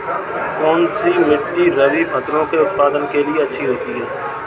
कौनसी मिट्टी रबी फसलों के उत्पादन के लिए अच्छी होती है?